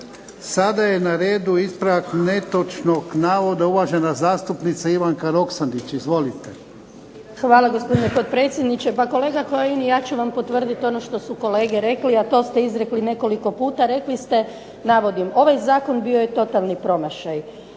Sada je na redu ispravak netočnog navoda, uvažena zastupnica Ivanka Roksandić. Izvolite. **Roksandić, Ivanka (HDZ)** Hvala gospodine potpredsjedniče. Pa kolega Kajin ja ću vam potvrditi ono što su kolege rekli, a to ste izrekli nekoliko puta. Rekli ste, navodim: "Ovaj zakon bio je totalni promašaj."